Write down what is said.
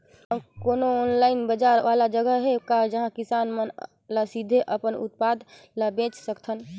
का कोनो ऑनलाइन बाजार वाला जगह हे का जहां किसान मन ल सीधे अपन उत्पाद ल बेच सकथन?